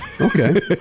Okay